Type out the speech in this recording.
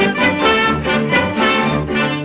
it really